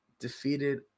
Defeated